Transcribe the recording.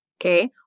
Okay